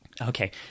Okay